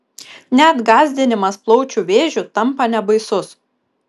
net gąsdinimas plaučių vėžiu tampa nebaisus